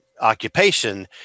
occupation